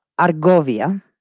Argovia